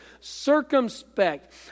circumspect